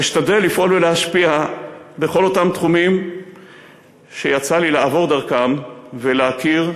אשתדל לפעול ולהשפיע בכל אותם תחומים שיצא לי לעבור דרכם ולהכירם,